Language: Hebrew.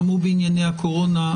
גם הוא בענייני הקורונה,